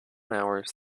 hours